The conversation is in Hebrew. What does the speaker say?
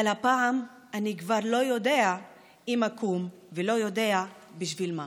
אבל הפעם אני כבר לא יודע אם אקום ולא יודע בשביל מה,